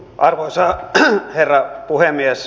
arvoisa herra puhemies